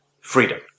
freedom